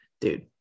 dude